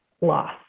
loss